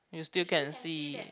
you still can see